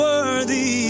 Worthy